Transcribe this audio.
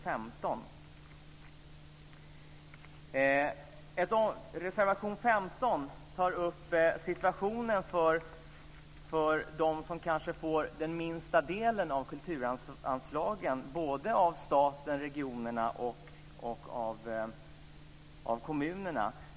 I reservation 15 tar vi upp situationen för dem som kanske får den minsta delen av kulturanslagen från staten, regionerna och kommunerna.